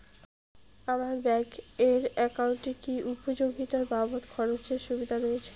আমার ব্যাংক এর একাউন্টে কি উপযোগিতা বাবদ খরচের সুবিধা রয়েছে?